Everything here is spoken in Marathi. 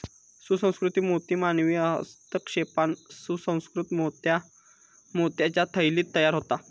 सुसंस्कृत मोती मानवी हस्तक्षेपान सुसंकृत मोत्या मोत्याच्या थैलीत तयार होता